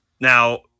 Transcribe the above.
Now